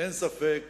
אין ספק